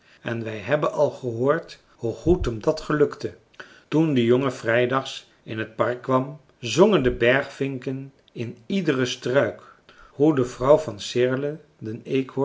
en wij hebben al gehoord hoe goed hem dat gelukte toen de jongen vrijdags in het park kwam zongen de bergvinken in iedere struik hoe de vrouw van sirle den